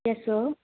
yes sir